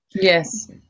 Yes